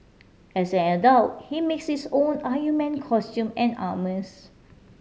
as an adult he makes his own Iron Man costume and armours